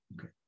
Okay